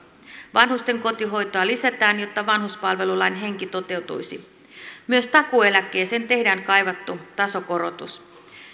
vanhusten kotihoitoa lisätään jotta vanhuspalvelulain henki toteutuisi myös takuueläkkeeseen tehdään kaivattu tasokorotus